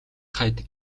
хайдаг